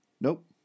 nope